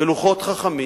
ולוחות חכמים,